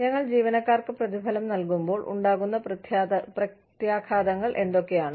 ഞങ്ങൾ ജീവനക്കാർക്ക് പ്രതിഫലം നൽകുമ്പോൾ ഉണ്ടാകുന്ന പ്രത്യാഘാതങ്ങൾ എന്തൊക്കെയാണ്